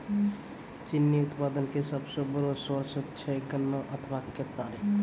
चीनी उत्पादन के सबसो बड़ो सोर्स छै गन्ना अथवा केतारी